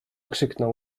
krzyknął